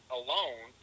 alone